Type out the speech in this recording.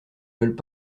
veulent